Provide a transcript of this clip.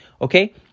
Okay